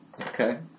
Okay